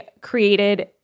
created